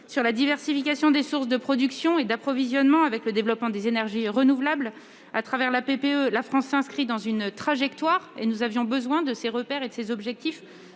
sur la diversification des sources de production et d'approvisionnement, avec le développement des énergies renouvelables. Au travers de la PPE, la France s'inscrit dans une trajectoire. Nous avions besoin de ces repères et de ces objectifs